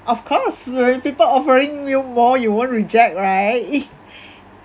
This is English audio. of course there is people offering you more you won't reject right